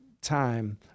time